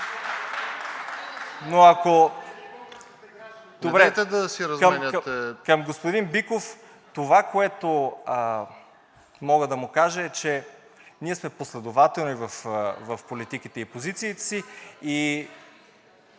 АРАБАДЖИЕВ: Към господин Биков, това, което мога да му кажа, е, че ние сме последователни в политиките и в позициите си и